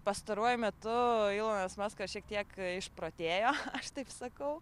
pastaruoju metu ilonas maskas šiek tiek išprotėjo aš taip sakau